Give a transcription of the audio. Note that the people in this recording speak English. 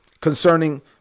concerning